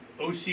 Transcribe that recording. OC